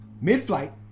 Mid-flight